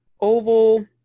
oval